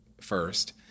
first